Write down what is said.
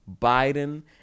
Biden